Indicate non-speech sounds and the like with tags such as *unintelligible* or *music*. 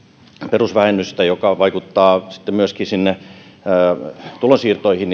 perusvähennykseen joka vaikuttaa sitten myöskin sinne tulonsiirtoihin *unintelligible*